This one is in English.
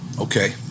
Okay